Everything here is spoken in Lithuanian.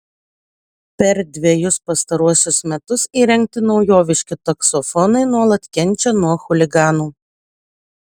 per dvejus pastaruosius metus įrengti naujoviški taksofonai nuolat kenčia nuo chuliganų